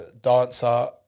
dancer